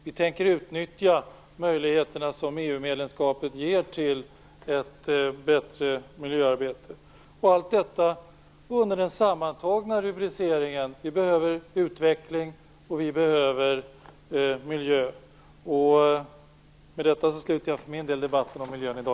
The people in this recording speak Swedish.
Vi tänker utnyttja de möjligheter som EU-medlemskapet ger till ett bättre miljöarbete. Allt detta skall ske under den sammantagna rubriceringen att vi behöver utveckling, och vi behöver miljö. Herr talman! Med detta slutar jag för min del debatten om miljön i dag.